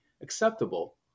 acceptable